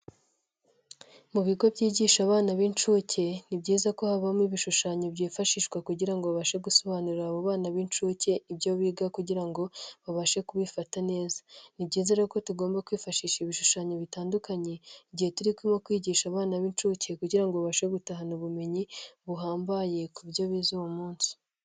Mu bigo byigisha abana b'incuke, ni byiza ko habamo ibishushanyo byifashishwa kugira ngo babashe gusobanurira abo bana b'incuke ibyo biga kugira ngo babashe kubifata neza. Ni byiza rero ko tugomba kwifashisha ibishushanyo bitandukanye igihe turirimo kwigisha abana b'incuke kugira ngo babashe gutahana ubumenyi buhambaye ku byo bize uwo munsi.